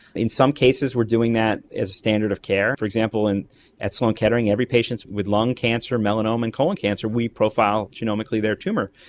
in some cases we are doing that as standard of care. for example, and at sloan-kettering every patient with lung cancer, melanoma and colon cancer we profile genomicly their tumour.